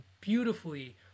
beautifully